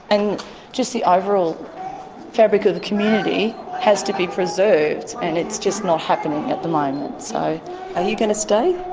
and just the overall fabric of the community has to be preserved and it's just not happening at the moment. and so are you going to stay?